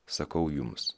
sakau jums